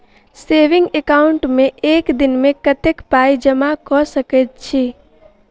Saving account मे एक दिनमे कतेक पाई जमा कऽ सकैत छी?